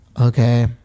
okay